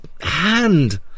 hand